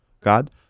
God